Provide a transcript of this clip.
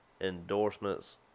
endorsements